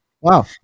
Wow